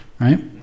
right